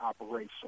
operation